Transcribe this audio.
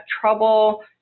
trouble